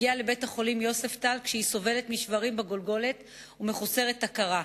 הגיעה לבית-החולים "יוספטל" כשהיא סובלת משברים בגולגולת ומחוסרת הכרה,